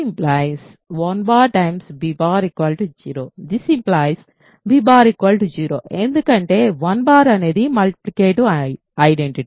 1 b 0 b 0 ఎందుకంటే 1 అనేది multiplicative identity